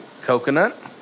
coconut